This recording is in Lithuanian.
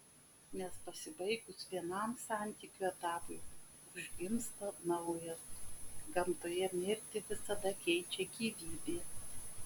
nes pasibaigus vienam santykių etapui užgimsta naujas gamtoje mirtį visada keičia gyvybė